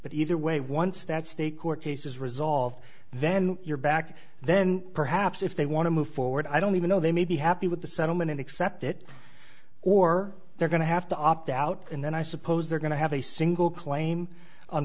but either way once that state court case is resolved then you're back then perhaps if they want to move forward i don't even know they may be happy with the settlement and accept it or they're going to have to opt out and then i suppose they're going to have a single claim on